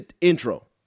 intro